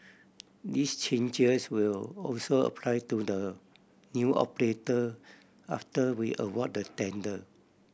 these changes will also apply to the new operator after we award the tender